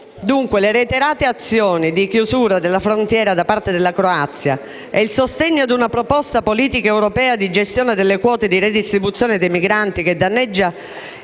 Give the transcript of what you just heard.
padri. Le reiterate azioni di chiusura della frontiera da parte della Croazia e il sostegno ad una proposta politica europea di gestione delle quote di redistribuzione dei migranti che danneggia